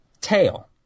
tail